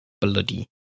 bloody